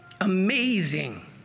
Amazing